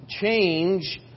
change